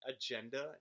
agenda